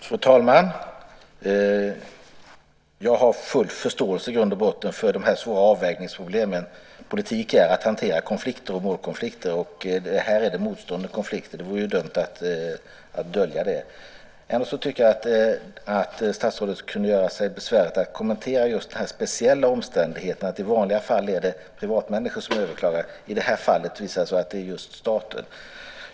Fru talman! Jag har i grund och botten full förståelse för de svåra avvägningsproblemen. Politik är att hantera konflikter och målkonflikter. Här är det motstående konflikter. Det vore dumt att dölja det. Ändå tycker jag att statsrådet kunde göra sig besväret att kommentera den speciella omständigheten. I vanliga fall är det privatmänniskor som överklagar. I det här fallet är det staten.